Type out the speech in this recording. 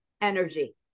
energy